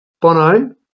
Bono